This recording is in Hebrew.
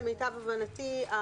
למיטב הבנתי,